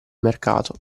mercato